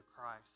Christ